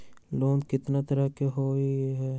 Loan केतना तरह के होअ हई?